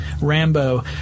Rambo